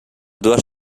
dues